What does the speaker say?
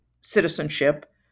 citizenship